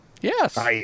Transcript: Yes